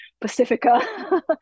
Pacifica